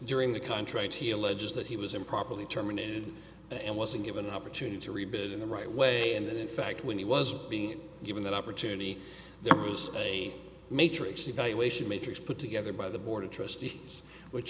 during the contract he alleges that he was improperly terminated and wasn't given an opportunity to rebuild in the right way and that in fact when he was being given that opportunity there was a matrix evaluation matrix put together by the board of trustees which